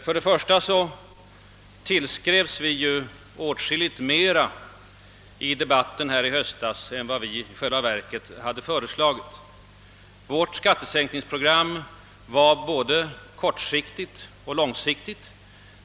Först och främst tillskrevs vi åtskilligt mer i debatten i höstas än vad vi i själva verket hade föreslagit. Vårt skattesänkningsprogram var både kortoch långsiktigt.